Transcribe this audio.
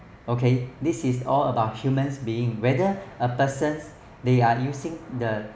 okay this is all about humans being whether a person they are using the